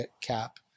cap